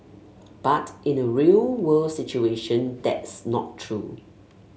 but in a real world situation that's not true